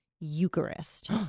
Eucharist